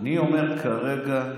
אני אומר, כרגע,